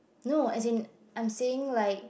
no as in I'm saying like